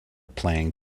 playing